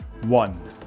one